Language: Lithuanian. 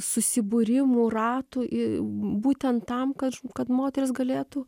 susibūrimų ratų ir būtent tam kad kad moterys galėtų